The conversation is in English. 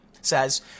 says